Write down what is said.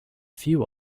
few